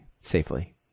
safely